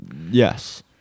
Yes